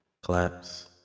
Claps